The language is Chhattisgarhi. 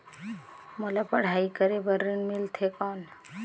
मोला पढ़ाई करे बर ऋण मिलथे कौन?